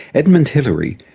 edmund hillary,